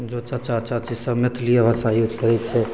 जो चाचा चाची सभ मैथिलिए भाषा यूज करै छै